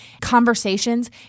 conversations